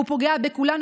הוא פוגע בכולנו.